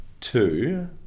two